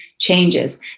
changes